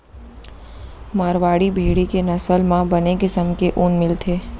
मारवाड़ी भेड़ी के नसल म बने किसम के ऊन मिलथे